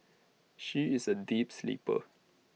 she is A deep sleeper